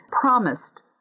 promised